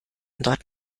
dort